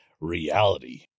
reality